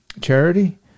charity